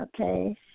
Okay